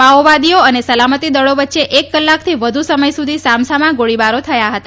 માઓવાદીઓ અને સલામતી દળો વય્યે એક કલાકથી વધુ સમય સુધી સામસામા ગોળીબારો થયા હતા